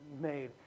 made